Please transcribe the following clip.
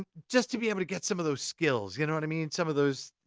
just to be able to get some of those skills, you know what i mean? some of those,